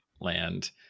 land